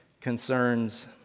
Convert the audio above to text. concerns